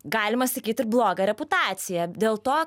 galima sakyt ir blogą reputaciją dėl to